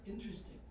interesting